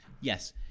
Yes